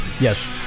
Yes